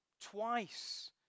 twice